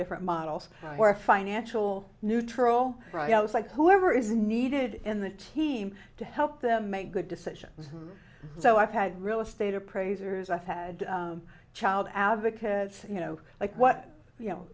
different models or a financial neutral like whoever is needed in the team to help them make good decisions so i've had real estate appraisers i've had a child advocate you know like what you know